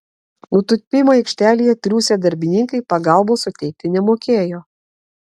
nutūpimo aikštelėje triūsę darbininkai pagalbos suteikti nemokėjo